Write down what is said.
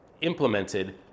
implemented